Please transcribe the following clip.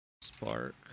Spark